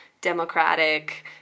democratic